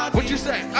what you say?